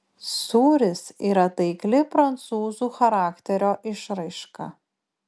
sūris yra taikli prancūzų charakterio išraiška